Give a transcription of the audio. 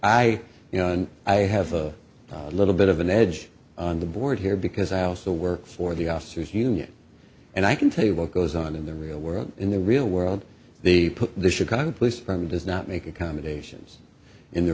know i have a little bit of an edge on the board here because i also work for the officers union and i can tell you what goes on in the real world in the real world the the chicago police from does not make accommodations in the